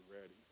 ready